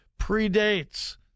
predates